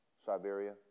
Siberia